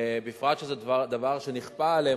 בפרט שזה דבר שנכפה עליהם,